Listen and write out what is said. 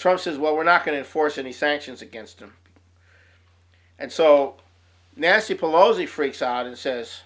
trust is what we're not going to force any sanctions against and so nasty pelosi freaks out and says